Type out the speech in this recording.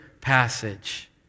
passage